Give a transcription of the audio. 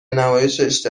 نمایش